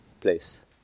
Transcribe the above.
place